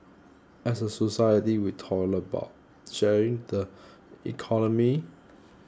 as a society we talk a lot about sharing the economy